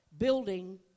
building